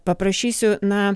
paprašysiu na